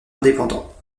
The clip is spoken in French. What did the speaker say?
indépendants